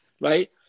right